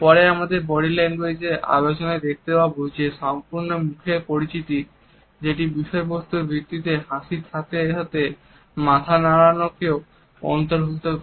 পরে আমরা আমাদের বডি ল্যাঙ্গুয়েজ এর আলোচনায় দেখতে পাবো যে সম্পূর্ণ মুখের পরিচিতি যেটি বিষয়বস্তুর ভিত্তিতে হাসির সাথে সাথে মাথা নাড়ানোকেও অন্তর্ভুক্ত করে